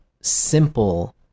simple